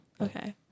Okay